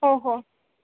ओ हो